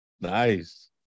Nice